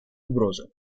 угрозы